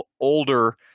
older